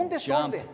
jump